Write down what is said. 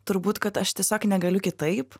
turbūt kad aš tiesiog negaliu kitaip